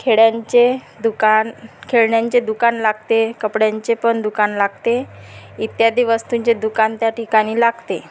खेड्यांचे दुकान खेळण्यांचे दुकान लागते कपड्यांचे पण दुकान लागते इत्यादी वस्तूंचे दुकान त्या ठिकाणी लागते